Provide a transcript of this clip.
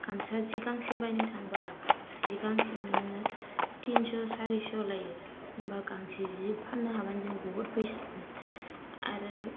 गामसा सि गांसे बायनो थाबा जि गांसेयावनो नोङो थिनस' सारिस' लायो होम्बा गांसे जि फाननो हाबानो जों बहुत फैसा मोनो आरो